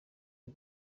n’u